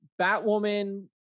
batwoman